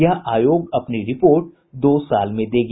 यह आयोग अपनी रिपोर्ट दो साल में देगी